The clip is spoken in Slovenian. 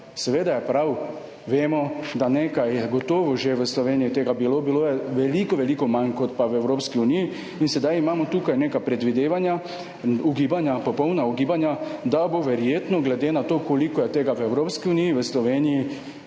Seveda je prav, vemo, da je v Sloveniji nekaj tega gotovo že bilo. Bilo je veliko veliko manj kot pa v Evropski uniji. Sedaj imamo tukaj neka predvidevanja, ugibanja, popolna ugibanja, da bo verjetno glede na to, koliko je tega v Evropski uniji, v Sloveniji